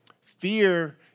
Fear